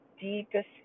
deepest